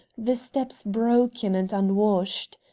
the steps broken and unwashed.